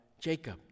Jacob